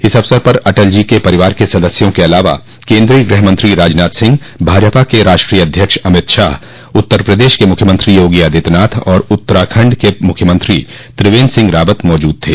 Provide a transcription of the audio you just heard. इस अवसर पर अटल जी के परिवार के सदस्यों के अलावा केन्द्रीय गृहमंत्री राजनाथ सिह भाजपा के राष्ट्रीय अध्यक्ष अमित शाह उत्तर प्रदेश के मुख्यमंत्री योगी आदित्यनाथ और उत्तराखण्ड के मुख्यमंत्री त्रिवेन्द्र सिंह रावत मौजूद थे